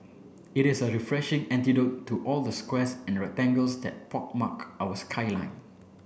it is a refreshing antidote to all the squares and rectangles that pockmark our skyline